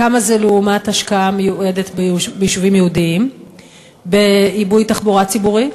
כמה זה לעומת ההשקעה המיועדת ביישובים יהודיים בעיבוי תחבורה ציבורית?